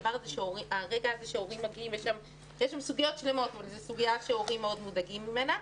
הרגע הזה שההורים מגיעים וזו סוגיה שההורים מאוד מודאגים ממנה.